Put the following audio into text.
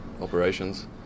operations